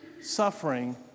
suffering